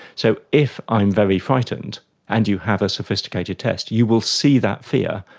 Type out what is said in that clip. so if i am very frightened and you have a sophisticated test, you will see that fear,